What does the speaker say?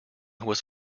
was